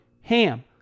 HAM